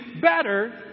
better